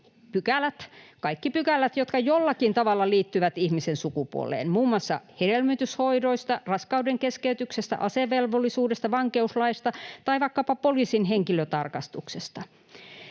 kaikki pykälät, jotka jollakin tavalla liittyvät ihmisen sukupuoleen muun muassa hedelmöityshoidoista, raskaudenkeskeytyksestä, asevelvollisuudesta, vankeuslaista tai vaikkapa poliisin henkilötarkastuksesta.